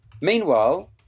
Meanwhile